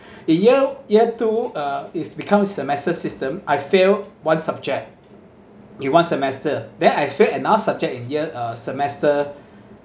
in year year two uh is become semester system I fail one subject in one semester then I fail another subject in year uh semester